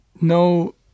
no